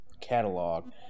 catalog